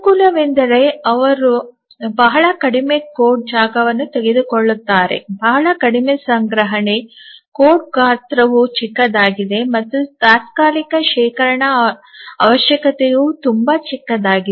ಅನುಕೂಲವೆಂದರೆ ಅವರು ಬಹಳ ಕಡಿಮೆ ಕೋಡ್ ಜಾಗವನ್ನು ತೆಗೆದುಕೊಳ್ಳುತ್ತಾರೆ ಬಹಳ ಕಡಿಮೆ ಸಂಗ್ರಹಣೆ ಕೋಡ್ ಗಾತ್ರವು ಚಿಕ್ಕದಾಗಿದೆ ಮತ್ತು ತಾತ್ಕಾಲಿಕ ಶೇಖರಣಾ ಅವಶ್ಯಕತೆಯು ತುಂಬಾ ಚಿಕ್ಕದಾಗಿದೆ